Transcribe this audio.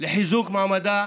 לחיזוק מעמדה